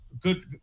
good